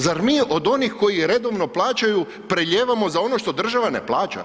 Zar mi od onih koji redovno plaćaju prelijevamo za ono što država ne plaća?